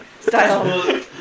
style